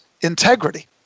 integrity